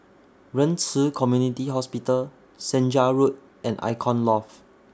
Ren Ci Community Hospital Senja Road and Icon Loft